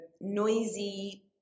noisy